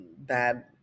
bad